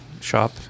shop